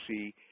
see